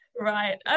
Right